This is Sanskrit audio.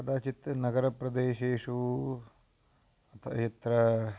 कदाचित् नगरप्रदेशेषु अतः यत्र